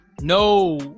No